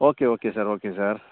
okay okay sir ஓகேங்க sir